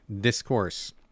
discourse